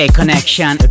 connection